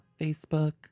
Facebook